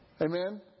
Amen